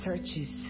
Searches